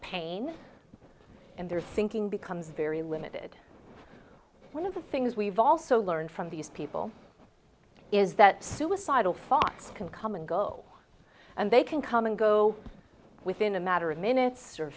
pain in their thinking becomes very limited one of the things we've also learned from these people is that suicidal thoughts can come and go and they can come and go within a matter of minutes or